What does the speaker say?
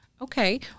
okay